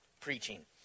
preaching